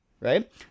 right